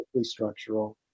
structural